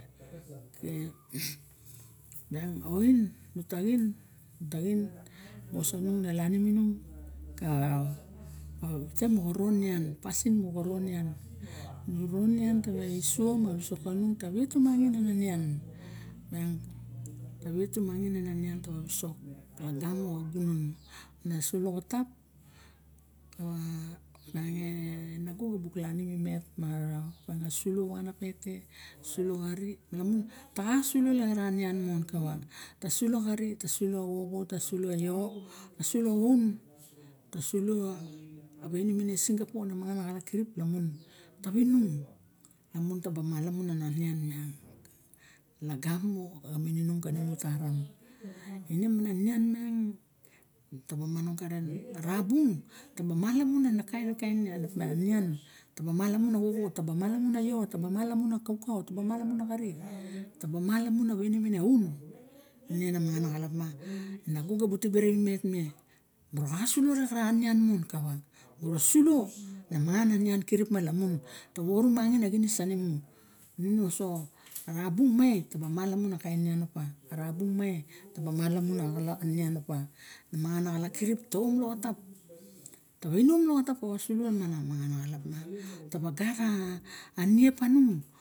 oi nu taxin na taxin weos sangun na lainim inung ka wite moxo non nian nu ron nian tewe sion ma wisok kanung ta wet tumangin a nian miang ta we tumangin ana nian taning ma wisok ta wet tumangin ana nian taning ma wisok ta wet tumangin nian miang ta wet tumangin anian tawa wison lagamo xa gunon naso loxotam opiang e nago na buk lainim emtet ma sulo waxa na pete sulo xari nung ta sulo minin ara nian ta sulo xari ta sulo xoxo tasulo un ta sulo a waine mine axalap kirip lamun tavinung lamun taba malamun ana nian miang laganio xa mininong kani mu taram in mana nian miang nutabaa manong karen rabung taba malamun ana kaikain kian taba malmun a kaukau taba malamun a xari taba malamu a waine mine aun ne na mangan a xalap ma nago gabuk tibe rawimet me mura xa sulo ana nian mon kawa mura sulo na nian kirip mong ta ba orumangin a xinis savimu nung ne osoxo a rabung mai nu taba malamun a kain nian opa na mangaana xalap kirip taom loxotap tawa sulo mangan a kain niau ma taba gara niep panung